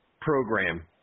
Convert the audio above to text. program